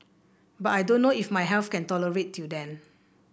but I don't know if my health can tolerate till then